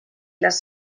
les